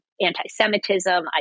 anti-Semitism